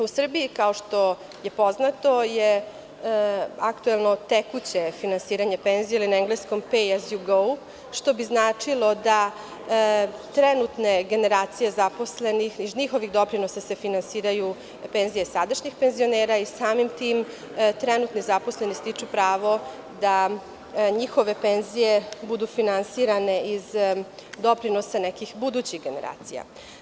U Srbiji, kao što je poznato, je aktuelno tekuće finansiranje penzije ili na engleskom - pay as you go, što bi značilo da trenutne generacije zaposlenih iz njihovih doprinosa se finansiraju penzije sadašnjih penzionera i samim tim trenutni zaposleni stiču pravo da njihove penzije budu finansirane iz doprinosa nekih budućih generacija.